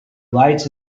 lights